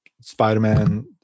Spider-Man